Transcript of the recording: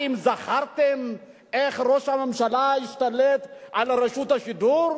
האם זכרתם איך ראש הממשלה השתלט על רשות השידור?